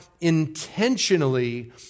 intentionally